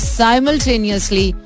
simultaneously